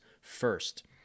first